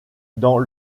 dans